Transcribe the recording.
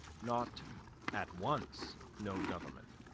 not at once no government,